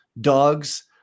Dogs